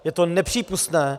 Je to nepřípustné.